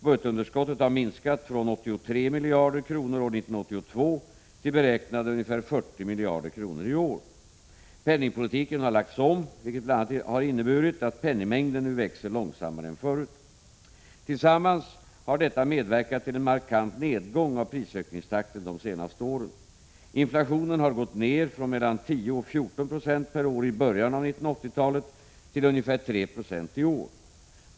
Budgetunderskottet har minskat från 83 miljarder kronor år 1982 till beräknade ca 40 miljarder kronor i år. Penningpolitiken har lagts om, vilket bl.a. har inneburit att penningmängden nu växer långsammare än förut. Tillsammans har detta medverkat till en markant nedgång av prisökningstakten de senaste åren. Inflationen har gått ned från mellan 10 och 14 96 per år i början av 1980-talet till ca 3 20 i år.